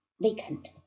vacant